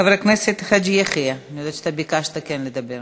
חבר הכנסת חאג' יחיא, אתה ביקשת כן לדבר.